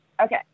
okay